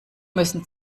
müssen